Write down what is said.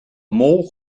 mol